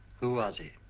who was he?